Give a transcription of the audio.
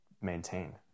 maintain